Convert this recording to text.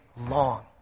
long